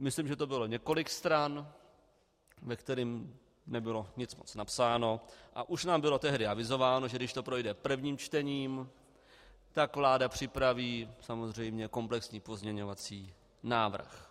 Myslím, že to bylo několik stran, ve kterých nebylo nic moc napsáno, a už nám bylo tehdy avizováno, že když to projde prvním čtením, tak vláda připraví samozřejmě komplexní pozměňovací návrh.